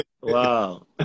Wow